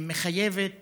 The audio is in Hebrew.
והיא מחייבת